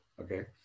Okay